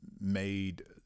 made